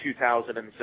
2007